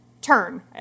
turn